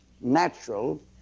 natural